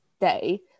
day